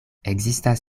ekzistas